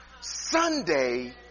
Sunday